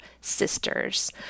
SISTERS